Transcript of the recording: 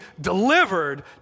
delivered